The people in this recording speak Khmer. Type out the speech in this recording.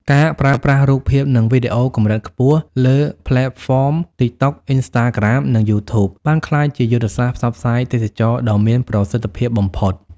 ការប្រើប្រាស់រូបភាព និងវីដេអូកម្រិតខ្ពស់លើផ្លេតហ្វម TikTok, Instagram និង YouTube បានក្លាយជាយុទ្ធសាស្ត្រផ្សព្វផ្សាយទេសចរណ៍ដ៏មានប្រសិទ្ធភាពបំផុត។